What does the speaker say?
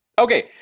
Okay